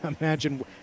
imagine